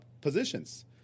positions